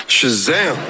Shazam